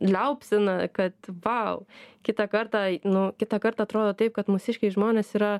liaupsina kad vau kitą kartą nu kitąkart atrodo taip kad mūsiškiai žmonės yra